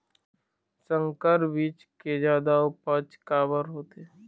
संकर बीज के जादा उपज काबर होथे?